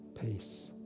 peace